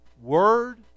word